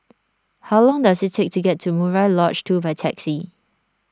how long does it take to get to Murai Lodge two by taxi